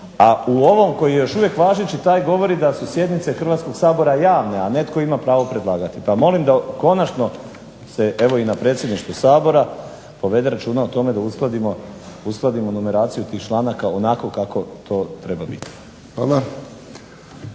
a u ovom koji je još uvijek važeći taj govori da su sjednice Hrvatskog sabora javne, a netko ima pravo predlagati. Pa molim da konačno se evo i na Predsjedništvu Sabora povede računa o tome da uskladimo numeraciju tih članaka onako kako to treba biti.